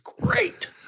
great